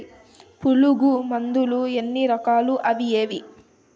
పులుగు మందులు ఎన్ని రకాలు అవి ఏవి?